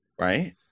right